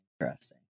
interesting